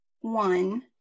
one